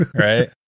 Right